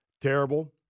terrible